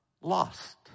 lost